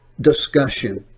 discussion